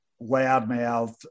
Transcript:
loudmouthed